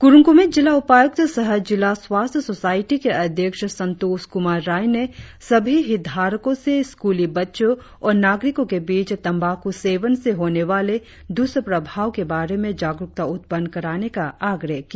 कुरुंग कुमे जिला उपायुक्त सह जिला स्वास्थ्य सोसायटी के अध्यक्ष संतोष कुमार राय ने सभी हितधारको से स्कूली बच्चों और नागरिकों के बीच तंबाकू सेवन से होने वाले दुष्प्रभाव के बारे में जागरुकता उत्पन्न कराने का आग्रह किया